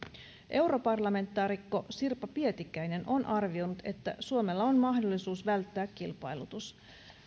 europarlamentaarikko sirpa pietikäinen on arvioinut että suomella on mahdollisuus välttää kilpailutus